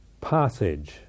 passage